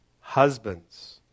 husbands